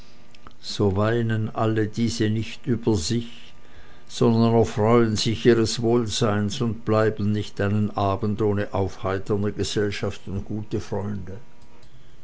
so weinen alle diese nicht über sich sondern erfreuen sich ihres wohlseins und bleiben nicht einen abend ohne aufheiternde gesellschaft und gute freunde